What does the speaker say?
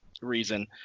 reason